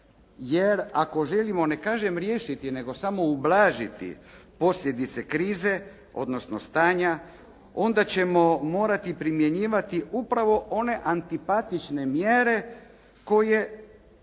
jer ako želimo, ne kažem riješiti, nego samo ublažiti posljedice krize, odnosno stanja, onda ćemo morati primjenjivati upravo one antipatične mjere koje